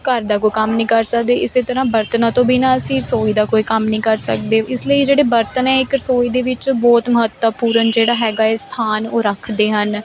ਘਰ ਦਾ ਕੋਈ ਕੰਮ ਨਹੀਂ ਕਰ ਸਕਦੇ ਇਸ ਤਰ੍ਹਾਂ ਬਰਤਨਾਂ ਤੋਂ ਬਿਨਾਂ ਅਸੀਂ ਰਸੋਈ ਦਾ ਕੋਈ ਕੰਮ ਨਹੀਂ ਕਰ ਸਕਦੇ ਇਸ ਲਈ ਜਿਹੜੇ ਬਰਤਨ ਹੈ ਇੱਕ ਰਸੋਈ ਦੇ ਵਿੱਚ ਬਹੁਤ ਮਹੱਤਵਪੂਰਨ ਜਿਹੜਾ ਹੈਗਾ ਏ ਸਥਾਨ ਉਹ ਰੱਖਦੇ ਹਨ